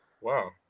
Wow